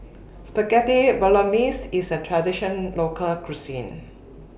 Spaghetti Bolognese IS A Traditional Local Cuisine